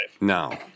No